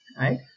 right